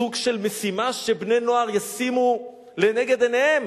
סוג של משימה שבני-נוער ישימו לנגד עיניהם.